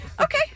Okay